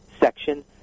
section